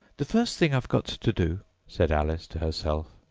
the first thing i've got to do said alice to herself,